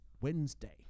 Wednesday